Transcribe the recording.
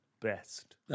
best